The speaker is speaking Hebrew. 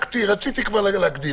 עדיף שזה יהיה כמה שיותר מהימן.